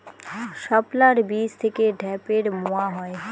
শাপলার বীজ থেকে ঢ্যাপের মোয়া হয়?